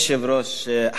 חברי חברי הכנסת,